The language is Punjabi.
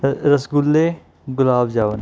ਰ ਰਸਗੁੱਲੇ ਗੁਲਾਬ ਜਾਮੁਨ